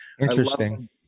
Interesting